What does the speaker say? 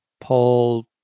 Paul